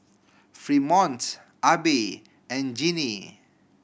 Fremont Abie and Gennie